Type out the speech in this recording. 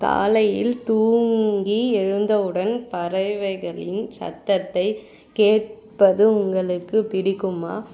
காலையில் தூங்கி எழுந்தவுடன் பறவைகளின் சப்தத்தை கேட்பது உங்களுக்கு பிடிக்குமா